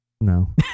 No